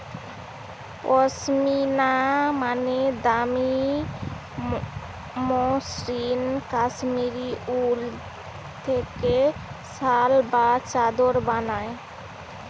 পশমিনা মানে দামি মসৃণ কাশ্মীরি উল থেকে শাল বা চাদর বানায়